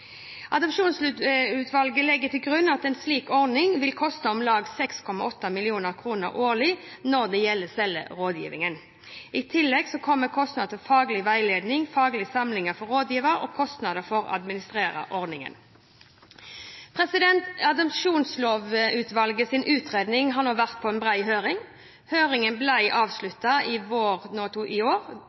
legger til grunn at en slik ordning vil koste om lag 6,8 mill. kr årlig når det gjelder selve rådgivningen. I tillegg kommer kostnader til faglig veiledning og faglige samlinger for rådgiverne og kostnader for å administrere ordningen. Adopsjonslovutvalgets utredning har nå vært på bred høring. Høringen ble avsluttet nå i vår,